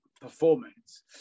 performance